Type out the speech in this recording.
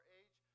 age